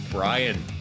Brian